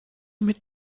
mit